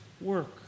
work